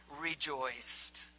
rejoiced